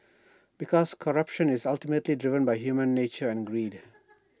because corruption is ultimately driven by human nature and greed